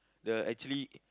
the actually